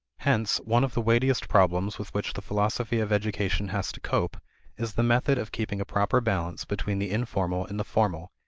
hence one of the weightiest problems with which the philosophy of education has to cope is the method of keeping a proper balance between the informal and the formal,